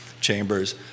chambers